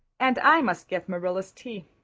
and i must get marilla's tea.